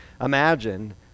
imagine